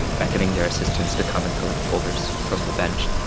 beckoning their assistants to come and collect folders from the bench.